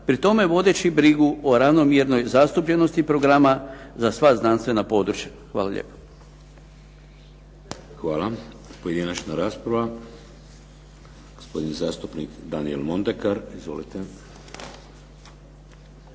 pri tome vodeći brigu o ravnomjernoj zastupljenosti programa za sva znanstvena područja. Hvala lijepa. **Šeks, Vladimir (HDZ)** Hvala. Pojedinačna rasprava. Gospodin zastupnik Daniel Mondekar. Izvolite.